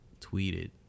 tweeted